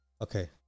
Okay